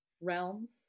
realms